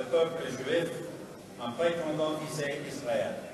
ורק משם אתה פועל כדי שהמציאות כאן תהיה טובה יותר.